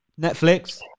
Netflix